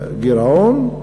גירעון,